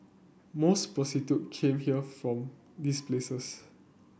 most prostitute came here from these places